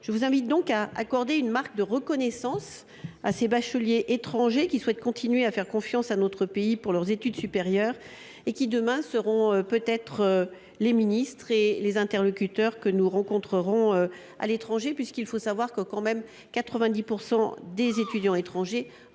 Je vous invite donc à accorder une marque de reconnaissance aux bacheliers étrangers qui souhaitent continuer à faire confiance à notre pays pour leurs études supérieures et qui, demain, seront peut être les ministres et les interlocuteurs que nous rencontrerons à l’étranger. Il faut tout de même savoir que 90 % des étudiants étrangers